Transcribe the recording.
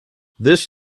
this